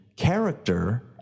Character